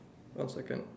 one second